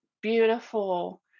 beautiful